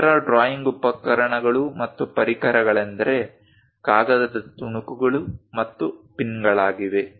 ಇತರ ಡ್ರಾಯಿಂಗ್ ಉಪಕರಣಗಳು ಮತ್ತು ಪರಿಕರಗಳೆಂದರೆ ಕಾಗದದ ತುಣುಕುಗಳು ಮತ್ತು ಪಿನ್ಗಳಾಗಿವೆ